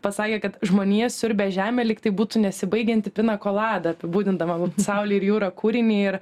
pasakė kad žmonija siurbia žemę lyg tai būtų nesibaigianti pinakolada apibūdindama saulė ir jūra kūrinį ir